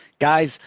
guys